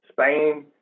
Spain